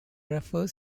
refer